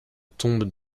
tombent